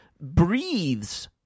breathes